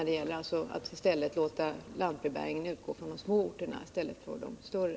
Det blir fler adresser om man utgår från de små orterna än om man utgår från de större.